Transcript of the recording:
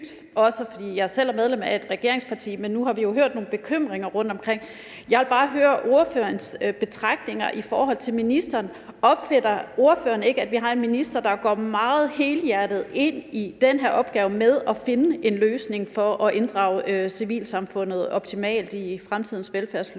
selv er medlem af et regeringsparti, men nu har vi jo hørt nogle bekymringer rundtomkring, og jeg vil bare høre ordførerens betragtninger i forhold til ministeren. Er det ikke ordførerens opfattelse, at vi har en minister, der går meget helhjertet ind i den her opgave med at finde en løsning, der kan inddrage civilsamfundet optimalt i fremtidens velfærdsløsninger?